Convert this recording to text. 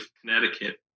Connecticut